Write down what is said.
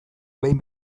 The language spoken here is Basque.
behin